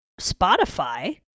Spotify